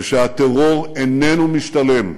ושהטרור איננו משתלם,